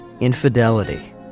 infidelity